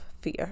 fear